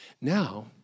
Now